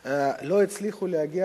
אדוני,